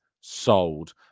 sold